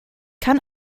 kann